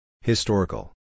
Historical